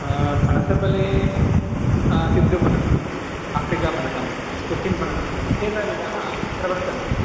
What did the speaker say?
पनसफले सिद्धपनसम् अफ़्रिकापनसम् कोच्चिन् पनसम् एता विधाः तत्र वर्तन्ते